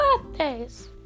birthdays